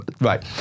Right